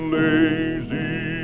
lazy